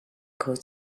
cause